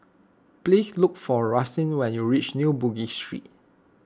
please look for Rustin when you reach New Bugis Street